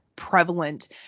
prevalent